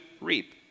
reap